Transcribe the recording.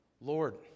Lord